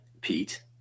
Pete